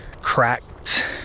cracked